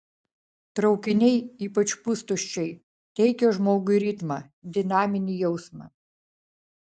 traukiniai ypač pustuščiai teikia žmogui ritmą dinaminį jausmą